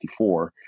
1954